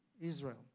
Israel